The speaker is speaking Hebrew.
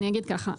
אז אני אגיד ככה.